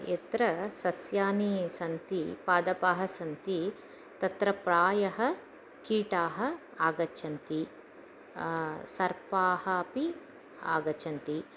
यत्र सस्यानि सन्ति पादपाः सन्ति तत्र प्रायः कीटाः आगच्छन्ति सर्पाः अपि आगच्छन्ति